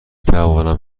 توانم